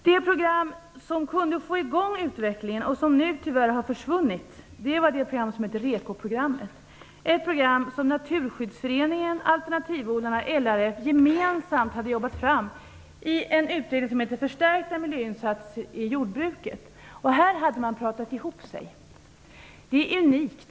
Det program som kunde ha fått i gång utvecklingen men som nu tyvärr har försvunnit var ett program som hette REKO-programmet - resurshushållande konventionellt jordbruk. REKO-programmet är ett program som Naturskyddsföreningen, alternativodlarna och LRF gemensamt hade jobbat fram i en utredning som heter Förstärkta miljöinsatser i jordbruket. Här hade man pratat ihop sig, vilket är unikt.